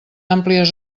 àmplies